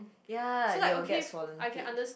ya they will get swollen feet